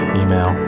email